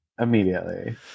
immediately